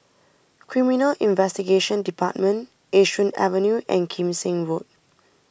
Criminal Investigation Department Yishun Avenue and Kim Seng Road